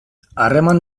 harreman